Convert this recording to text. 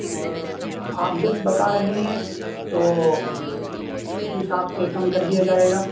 اور آپ دس بتا رہی ہیں تو اس حساب سے کم کر دیا جائے گا